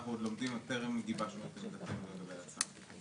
אנחנו עוד לומדים וטרם גיבשנו את עמדתנו לגבי ההצעה.